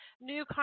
new